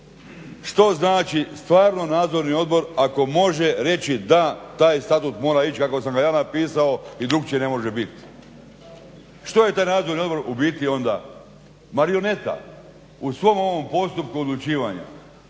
Što znači stvarno Nadzorni odbor ako može reći da, taj Statut mora ići kako sam ga ja napisao i drukčije ne može bit. Što je taj Nadzorni odbor u biti onda? Marioneta. U svom ovom postupku odlučivanja